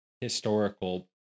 historical